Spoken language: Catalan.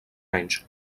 anys